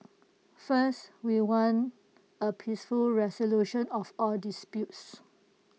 first we want A peaceful resolution of all disputes